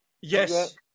Yes